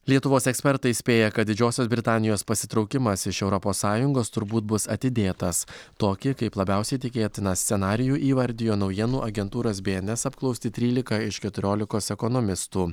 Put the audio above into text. lietuvos ekspertai spėja kad didžiosios britanijos pasitraukimas iš europos sąjungos turbūt bus atidėtas tokį kaip labiausiai tikėtiną scenarijų įvardijo naujienų agentūros bns apklausti trylika iš keturiolikos ekonomistų